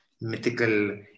mythical